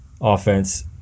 offense